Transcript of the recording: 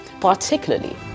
particularly